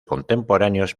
contemporáneos